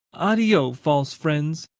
addio, false friends!